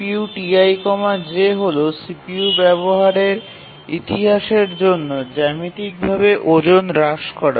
CPUTi j হল CPU ব্যবহারের ইতিহাসের জন্য জ্যামিতিকভাবে ওজন হ্রাস করা